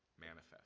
manifest